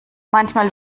manchmal